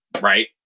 right